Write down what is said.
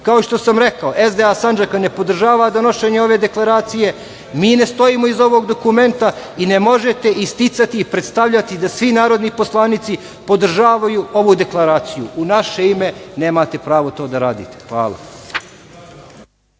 što sam rekao SDA Sandžak ne podržava donošenje ove deklaracije, mi ne stojimo iza ovog dokumenta, i ne možete isticati i predstvljati da svi narodni poslanici podržavaju ovu deklaraciju.U naše ime nemate pravo to da radite, hvala